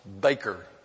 baker